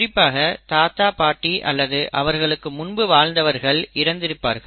குறிப்பாக தாத்தா பாட்டி அல்லது அவர்களுக்கு முன்பு வாழ்ந்தவர்கள் இறந்திருப்பார்கள்